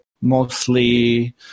mostly